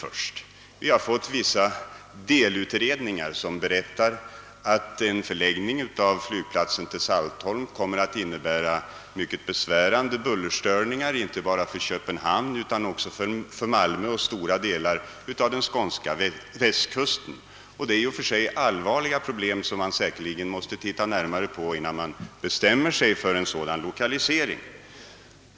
Vissa delutredningar har framlagts, som ger vid handen att en förläggning av flygplatsen till Saltholm kommer att medföra mycket besvärande bullerstörningar inte bara för Köpenhamn utan också för Malmö och för stora delar av den skånska västkusten. Detta är allvarliga problem, som man närmare måste utreda innan man bestämmer sig för en sådan lokalisering.